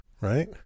right